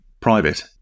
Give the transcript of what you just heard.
private